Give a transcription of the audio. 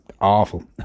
awful